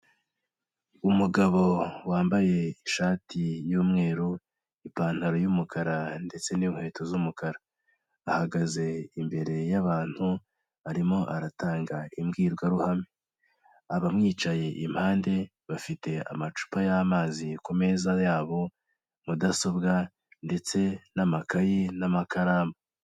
Umugabo wambaye ishati y'umweru, ipantaro y'umukara ndetse n'inkweto z'umukara ahagaze imbere y'abantu arimo aratanga imbwirwaruhame, abamwicaye impande bafite amacupa y'amazi ku meza yabo, mudasobwa ndetse n'amakayi n'amakaramu.